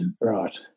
right